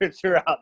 throughout